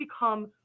become